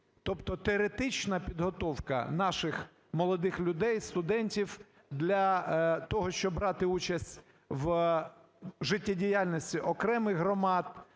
Тобто теоретична підготовка наших молодих людей, студентів для того, щоб брати участь в життєдіяльності окремих громад,